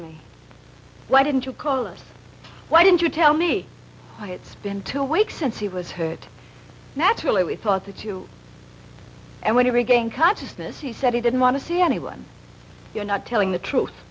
me why didn't you call us why didn't you tell me why it's been two weeks since he was hurt naturally we thought the two and when he regained consciousness he said he didn't want to see anyone you're not telling the truth